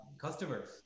customers